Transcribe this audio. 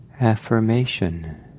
affirmation